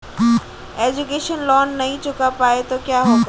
Education loan नहीं चुका पाए तो क्या होगा?